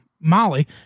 Molly